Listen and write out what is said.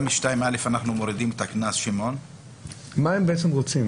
ב-2(א) אנחנו מורידים את הקנס --- מה בעצם אתם רוצים?